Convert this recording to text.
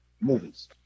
movies